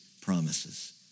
promises